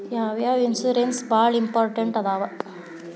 ಯಾವ್ಯಾವ ಇನ್ಶೂರೆನ್ಸ್ ಬಾಳ ಇಂಪಾರ್ಟೆಂಟ್ ಅದಾವ?